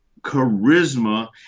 charisma